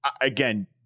again